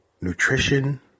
nutrition